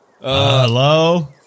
Hello